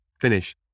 finish